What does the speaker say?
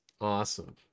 Awesome